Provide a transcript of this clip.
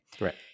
Right